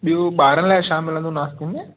बियूं ॿारनि लाइ छा मिलंदो नाश्ते में